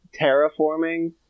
terraforming